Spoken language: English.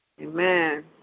Amen